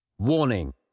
Warning